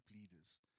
leaders